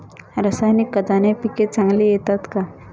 रासायनिक खताने पिके चांगली येतात का?